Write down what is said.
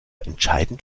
entscheidend